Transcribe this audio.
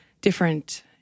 different